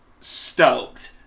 stoked